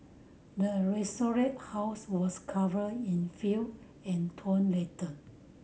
the house was covered in filth and torn letter